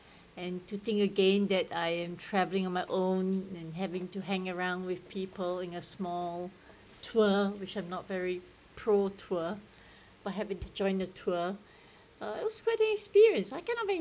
and to think again that I am travelling on my own and having to hang around with people in a small tour which have not very pro tour but happen to join the tour it was quite an experience I kind of